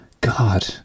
God